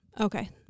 okay